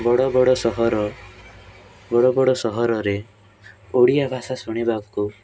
ବଡ଼ ବଡ଼ ସହର ବଡ଼ ବଡ଼ ସହରରେ ଓଡ଼ିଆ ଭାଷା ଶୁଣିବାକୁ